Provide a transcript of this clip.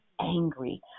angry